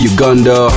Uganda